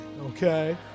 Okay